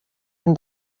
and